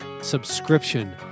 subscription